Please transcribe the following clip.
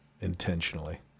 intentionally